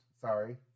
Sorry